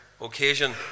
occasion